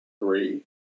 three